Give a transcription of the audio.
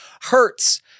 hurts